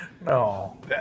no